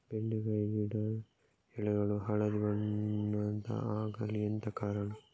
ಬೆಂಡೆಕಾಯಿ ಗಿಡ ಎಲೆಗಳು ಹಳದಿ ಬಣ್ಣದ ಆಗಲು ಎಂತ ಕಾರಣ?